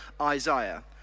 Isaiah